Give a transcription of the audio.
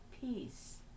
peace